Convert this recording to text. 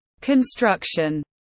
construction